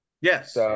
Yes